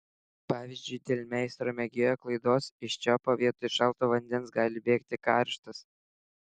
pavyzdžiui dėl meistro mėgėjo klaidos iš čiaupo vietoj šalto vandens gali bėgti karštas